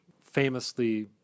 famously